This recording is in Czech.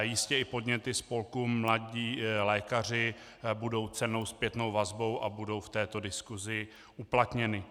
Jistě i podněty spolku Mladí lékaři budou cennou zpětnou vazbou a budou v této diskusi uplatněny.